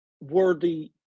Worthy